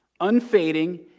unfading